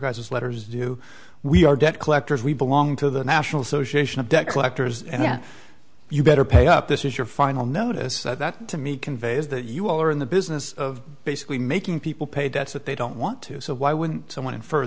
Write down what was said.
guys letters do we are debt collectors we belong to the national association of debt collectors and then you better pay up this is your final notice that to me conveys that you all are in the business of basically making people pay debts that they don't want to so why wouldn't someone in